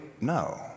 No